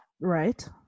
right